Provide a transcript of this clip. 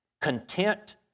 Content